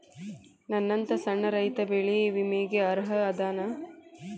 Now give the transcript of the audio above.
ನನ್ನಂತ ಸಣ್ಣ ರೈತಾ ಬೆಳಿ ವಿಮೆಗೆ ಅರ್ಹ ಅದನಾ?